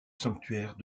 sanctuaire